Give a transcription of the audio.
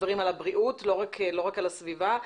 הבריאות ולא רק על הסביבה.